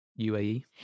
UAE